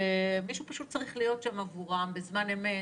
שמישהו צריך להיות שם עבורם בזמן אמת